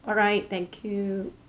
alright thank you